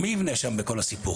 מי יבנה שם בכל הסיפור?